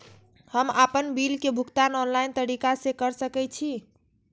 हम आपन बिल के भुगतान ऑनलाइन तरीका से कर सके छी?